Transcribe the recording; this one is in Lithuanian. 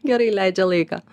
gerai leidžia laiką